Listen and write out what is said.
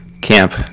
camp